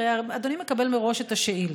הרי אדוני מקבל מראש את השאילתה,